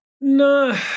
no